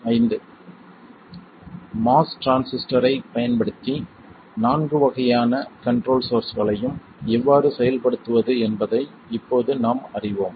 MOS டிரான்சிஸ்டரைப் பயன்படுத்தி நான்கு வகையான கண்ட்ரோல் சோர்ஸ்களையும் எவ்வாறு செயல்படுத்துவது என்பதை இப்போது நாம் அறிவோம்